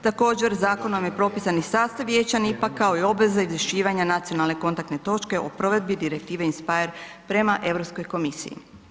Također zakonom je propisan i sastav vijeća NIPP-a, kao i obveze i izvješćivanja nacionalne kontaktne točke o provedbi Direktive in speyer prema Europskoj komisiji.